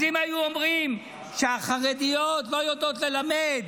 אז אם היו אומרים שהחרדיות לא יודעות ללמד,